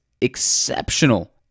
exceptional